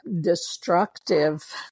destructive